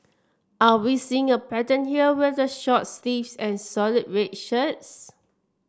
are we seeing a pattern here with the shorts sleeves and solid red shirts